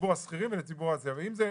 לציבור השכירים ולציבור העצמאים.